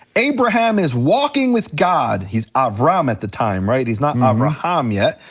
abraham is walking with god, he's avram at the time, right, he's not not abraham yet.